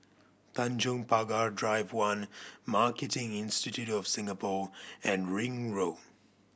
Tanjong Pagar Drive One Marketing Institute of Singapore and Ring Road